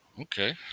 Okay